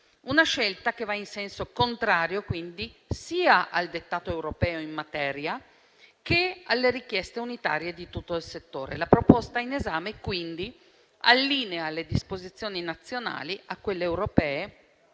una scelta che va in senso contrario, quindi, sia al dettato europeo in materia, sia alle richieste unitarie di tutto il settore. La proposta in esame, quindi, allinea le disposizioni nazionali a quelle europee,